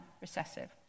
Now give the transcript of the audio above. recessive